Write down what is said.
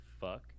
fuck